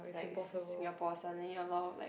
like Singapore suddenly a lot of like likes